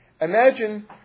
imagine